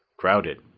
crowded,